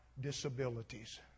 disabilities